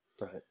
right